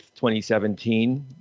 2017